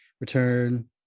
return